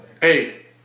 Hey